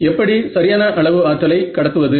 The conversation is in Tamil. எப்படி சரியான அளவு ஆற்றலை கடத்துவது